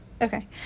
Okay